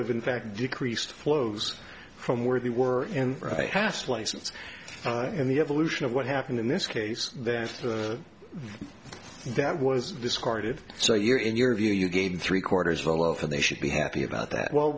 have in fact decreased flows from where they were and right past license and the evolution of what happened in this case that that was discarded so your in your view you gave three quarters of all of what they should be happy about that well